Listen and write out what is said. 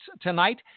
tonight